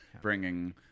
bringing